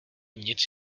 nic